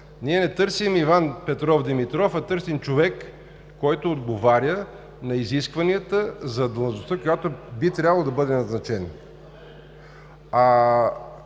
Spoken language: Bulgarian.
ние не търсим Иван Петров Димитров, а търсим човек, който отговаря на изискванията за длъжността, на която би трябвало да бъде назначен.